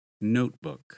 Notebook